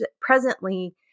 Presently